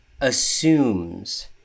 assumes